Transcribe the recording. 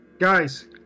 Guys